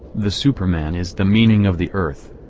the superman is the meaning of the earth.